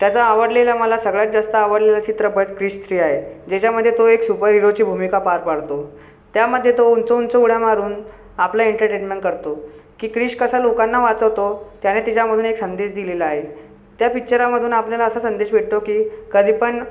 त्याचा आवडलेला मला सगळ्यात जास्त आवडलेला चित्रपट क्रिश थ्री आहे ज्याच्यामध्ये तो एक सुपरहिरोची भूमिका पार पाडतो त्यामध्ये तो उंच उंच उड्या मारून आपलं एंटरटेनमेंट करतो की क्रिश कसा लोकांना वाचवतो त्याने तिच्यामधून एक संदेश दिलेला आहे त्या पिक्चरामधून आपल्याला असं संदेश भेटतो की कधी पण